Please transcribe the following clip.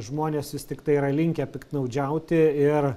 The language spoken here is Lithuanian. žmonės vis tiktai yra linkę piktnaudžiauti ir